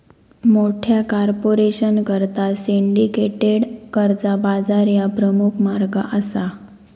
मोठ्या कॉर्पोरेशनकरता सिंडिकेटेड कर्जा बाजार ह्या प्रमुख मार्ग असा